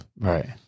Right